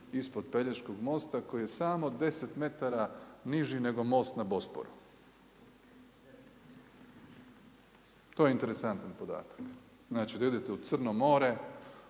ispod Pelješkog mosta koji je samo 10 metara niži nego most na Bosporu. To je interesantan podatak. Znači da idete u Crno more,